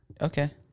Okay